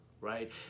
right